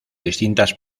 distintas